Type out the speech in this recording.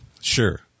Sure